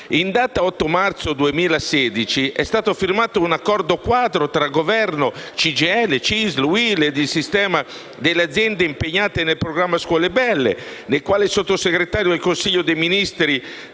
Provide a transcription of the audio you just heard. In data 8 marzo 2016 è stato firmato un accordo quadro tra Governo CGIL, CISL, Uil e il sistema delle aziende impegnate nel programma scuole belle, nel quale il sottosegretario alla Presidenza del Consiglio dei ministri